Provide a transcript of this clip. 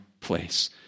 place